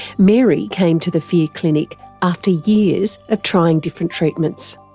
mary came to the fear clinic after years of trying different treatments.